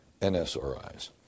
NSRIs